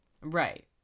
Right